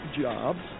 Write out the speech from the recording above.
jobs